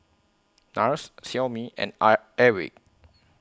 Nars Xiaomi and Airwick